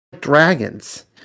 dragons